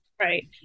Right